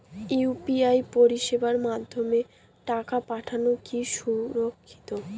UPI পরিষেবার মাধ্যমে টাকা পাঠানো কি সুরক্ষিত?